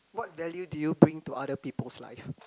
what value do you bring to other people's life